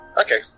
Okay